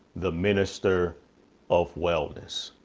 the minister of wellness,